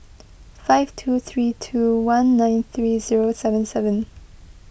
five two three two one nine three zero seven seven